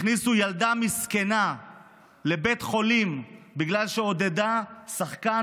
הכניסו ילדה מסכנה לבית חולים בגלל שהיא עודדה שחקן